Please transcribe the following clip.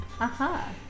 Aha